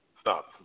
stop